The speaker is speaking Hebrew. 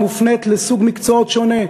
היא מופנית לסוג מקצועות שונה,